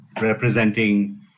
representing